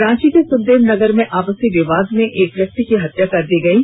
रांची के सुखदेव नगर में आपसी विवाद में एक व्यक्ति की हत्या कर दी गयी